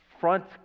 front